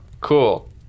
Cool